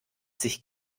sich